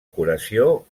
curació